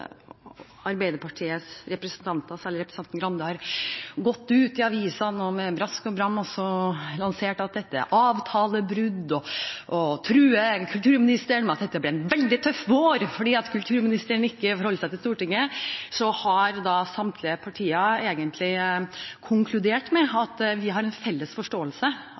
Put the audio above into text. dette er avtalebrudd, og truer kulturministeren med at dette blir en veldig tøff vår fordi kulturministeren ikke forholder seg til Stortinget – så har samtlige partier egentlig konkludert med at vi har en felles forståelse